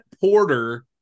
Porter